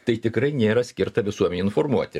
tai tikrai nėra skirta visuomenei informuoti